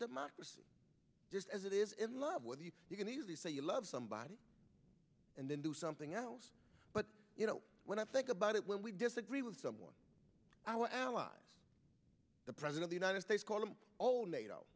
democracy just as it is in love with you you can easily say you love somebody and then do something else but you know when i think about it when we disagree with someone our ally the president united states calling all nato